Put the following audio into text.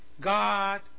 God